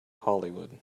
hollywood